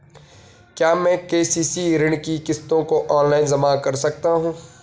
क्या मैं के.सी.सी ऋण की किश्तों को ऑनलाइन जमा कर सकता हूँ?